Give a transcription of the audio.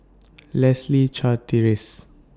Leslie Charteris